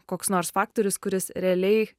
koks nors faktorius kuris realiai